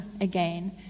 again